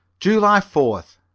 july fourth.